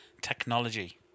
technology